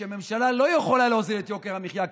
שהממשלה לא יכולה להוריד את יוקר המחיה,